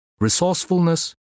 resourcefulness